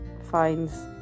finds